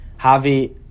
Javi